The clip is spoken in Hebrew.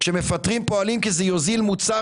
לפטר פועלים כי זה יוזיל מוצר,